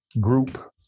group